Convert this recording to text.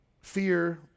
Fear